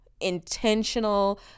intentional